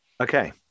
Okay